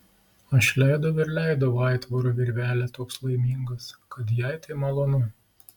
aš leidau ir leidau aitvaro virvelę toks laimingas kad jai tai malonu